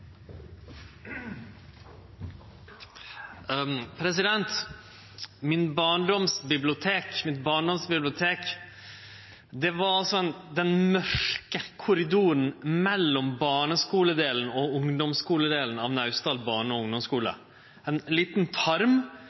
Mitt barndoms bibliotek var i den mørke korridoren, ein liten tarm, mellom barneskuledelen og ungdomsskuledelen av Naustdal barne- og